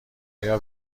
آیا